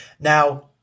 Now